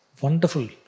wonderful